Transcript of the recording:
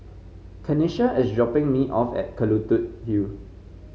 Kenisha is dropping me off at Kelulut Hill